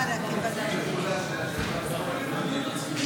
החוק הבאות יועברו לדיון בוועדות כמפורט להלן,